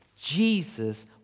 Jesus